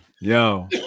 Yo